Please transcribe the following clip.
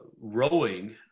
rowing